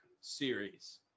series